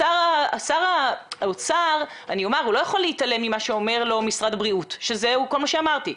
שר האוצר לא יכול להתעלם ממה שאומר לו משרד הבריאות וזה כל מה שאמרתי,